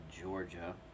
Georgia